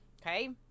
Okay